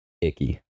icky